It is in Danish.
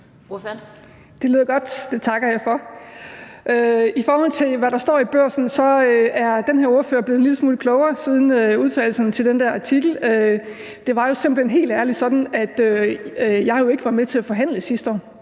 Det lyder godt. Det takker jeg for. I forhold til hvad der står i Børsen, er den her ordfører blevet en lille smule klogere siden udtalelserne til den der artikel. Det var jo simpelt hen helt ærligt sådan, at jeg ikke var med til at forhandle sidste år,